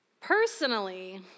Personally